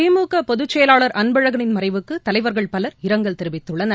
திமுகபொதுச்செயலாளர் அன்பழகளின் மறைவுக்குதலைவர்கள் பலர் இரங்கல் தெரிவித்தள்ளனர்